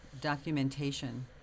documentation